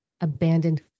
Abandoned